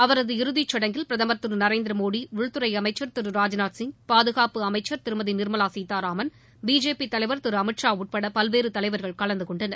அவரது இறுதிச் சுடங்கில் பிரதமர் திரு நரேந்திர மோடி உள்துறை அமைச்சர் திரு ராஜ்நாத்சிங் பாதுகாப்பு அமைச்சர் திருமதி நிர்மவா சீதாராமன் பிஜேபி தலைவர் திரு அமித் ஷா உட்பட பல்வேறு தலைவர்கள் கலந்துகொண்டனர்